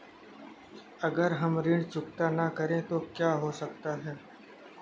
अगर हम ऋण चुकता न करें तो क्या हो सकता है?